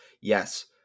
Yes